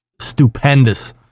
stupendous